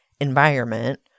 environment